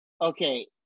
Okay